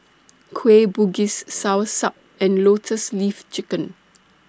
Kueh Bugis Soursop and Lotus Leaf Chicken